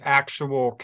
actual